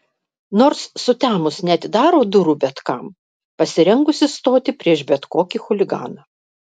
nors sutemus neatidaro durų bet kam pasirengusi stoti prieš bet kokį chuliganą